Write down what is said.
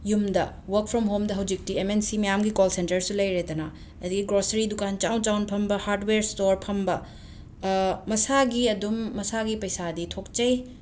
ꯌꯨꯝꯗ work from ꯍꯣꯝꯗ ꯍꯧꯖꯤꯛꯇꯤ ꯑꯦꯝ ꯑꯦꯟ ꯁꯤ ꯃ꯭ꯌꯥꯝꯒꯤ ꯀꯣꯜ ꯁꯦꯟꯇꯔꯁꯨ ꯂꯩꯔꯦꯗꯅ ꯑꯗꯒꯤ ꯒ꯭ꯔꯣꯁꯔꯤ ꯗꯨꯀꯥꯟ ꯆꯥꯎꯅ ꯆꯥꯎꯅ ꯐꯝꯕ ꯍꯥꯔꯗꯋꯦꯔ ꯁ꯭ꯇꯣꯔ ꯐꯝꯕ ꯃꯁꯥꯒꯤ ꯑꯗꯨꯝ ꯃꯁꯥꯒꯤ ꯄꯩꯁꯥꯗꯤ ꯊꯣꯛꯆꯩ